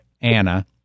Anna